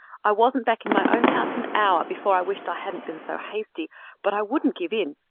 i wasn't back in my own house an hour before i wished i hadn't been so hasty but i wouldn't give in.